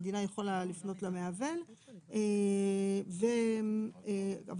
המדינה יכולה לפנות למעוול אבל קבענו